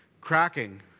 cracking